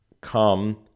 come